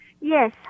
Yes